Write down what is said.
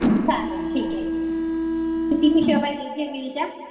चालेल ठीक आहे किती पिशव्या पाहिजेत जेमिनीच्या